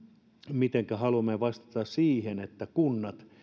mitenkä haluamme vastata siihen että kunnat